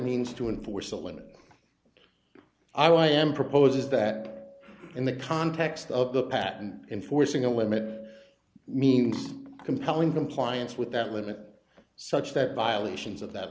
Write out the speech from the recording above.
means to enforce a limit i am proposing is that in the context of the patent enforcing a limited means compelling compliance with that limit such that violations of that